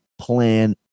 plan